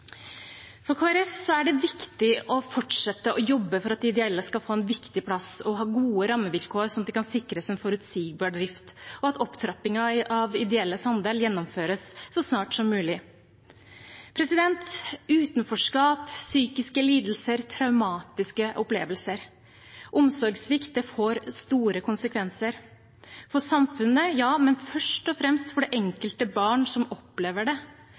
For Kristelig Folkeparti er det viktig å fortsette å jobbe for at de ideelle skal få en viktig plass og ha gode rammevilkår, sånn at de kan sikres en forutsigbar drift, og at opptrappingen av ideelles andel gjennomføres så snart som mulig. Utenforskap, psykiske lidelser, traumatiske opplevelser – omsorgssvikt får store konsekvenser for samfunnet, ja, men først og fremst for det enkelte barn som opplever det.